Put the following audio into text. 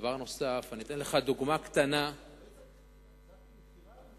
דבר נוסף, אתן לך דוגמה קטנה, לא הצעתי חכירה.